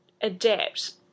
adapt